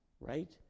right